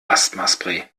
asthmaspray